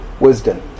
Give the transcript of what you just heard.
wisdom